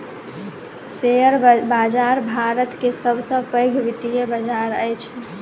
share बाजार भारत के सब सॅ पैघ वित्तीय बजार अछि